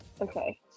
Okay